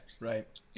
Right